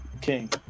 king